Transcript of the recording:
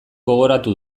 gogoratu